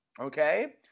okay